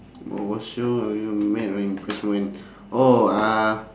oh what sort of I will not mad but I'm impressed moment oh uh